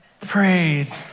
Praise